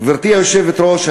גברתי היושבת-ראש,